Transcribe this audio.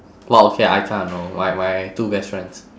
!wow! okay I kinda know my my two best friends